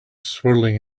swirling